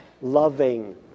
loving